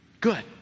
Good